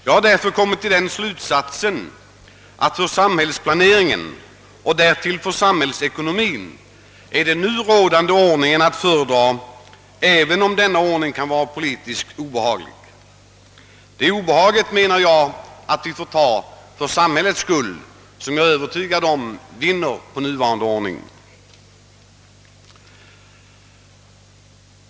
Jag har därför kommit till slutsatsen, att för samhällsplaneringen och därmed för samhällsekonomien den nuvarande ordningen är att föredra, även om den kan vara politiskt obehaglig. Det obehaget anser jag vi får ta för samhällets skull; jag är övertygad om att samhället vinner på den nuvarande ordningen.